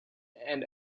and